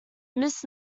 mrs